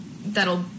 that'll